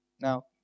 Now